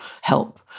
help